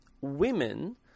women